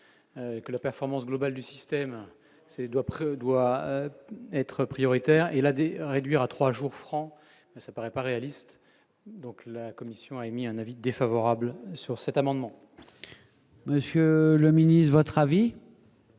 que la performance globale du système, ses doigts doit être prioritaire et là des réduire à 3 jours francs, ça paraît pas réaliste donc la commission a émis un avis défavorable sur cet amendement. Monsieur le Ministre votre avis